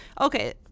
Okay